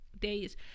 days